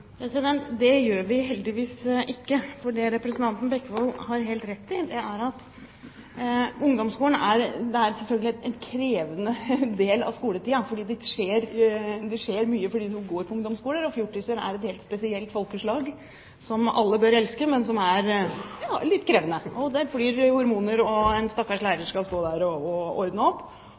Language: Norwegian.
Det gjør vi heldigvis ikke. Det representanten Bekkevold har helt rett i, er at ungdomsskolen selvfølgelig er en krevende del av skoletiden, fordi det skjer mye for dem som går i ungdomsskolen, og fjortiser er et helt spesielt folkeslag som alle bør elske, men som er litt krevende. Det flyr hormoner, og en stakkars lærer skal stå der og ordne opp.